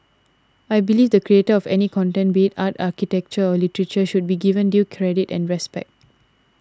I believe the creator of any content be it art architecture or literature should be given due credit and respect